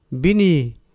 Bini